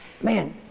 Man